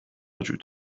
وجود